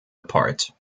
apart